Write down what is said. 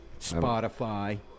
Spotify